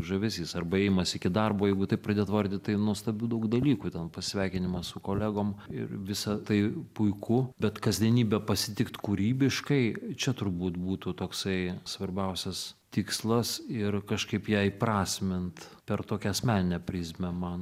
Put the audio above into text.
žavesys arba ėjimas iki darbo jeigu taip pradėt vardyt tai nuostabių daug dalykų ten pasveikinimas su kolegom ir visa tai puiku bet kasdienybę pasitikt kūrybiškai čia turbūt būtų toksai svarbiausias tikslas ir kažkaip ją įprasmint per tokią asmeninę prizmę man